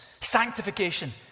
Sanctification